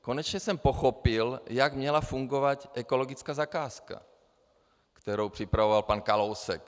Konečně jsem pochopil, jak měla fungovat ekologická zakázka, kterou připravoval pan Kalousek.